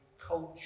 culture